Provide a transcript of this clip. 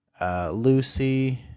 Lucy